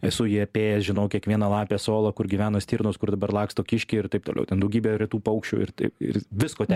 esu jį apėjęs žinau kiekvieną lapės olą kur gyveno stirnos kur dabar laksto kiškiai ir taip toliau ten daugybė retų paukščių ir taip ir visko ten